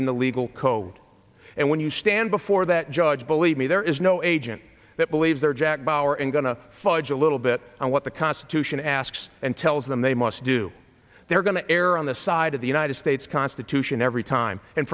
in the legal code and when you stand before that judge believe me there is no agent that believes there jack bauer and going to fudge a little bit and what the constitution asks and tells them they must do they're going to err on the side of the united states constitution every time and